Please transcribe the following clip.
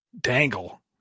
dangle